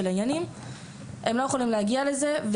הם לא יכולים להגיע לזה,